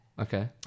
Okay